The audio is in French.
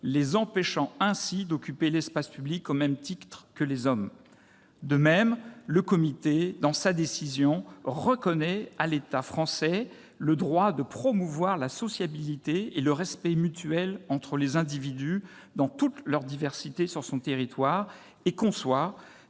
les empêchant ainsi d'occuper l'espace public au même titre que les hommes ». De même, le Comité, dans sa décision, reconnaît à l'État français le droit de « promouvoir la sociabilité et le respect mutuel entre les individus, dans toute leur diversité, sur son territoire, et conçoit